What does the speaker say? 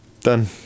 done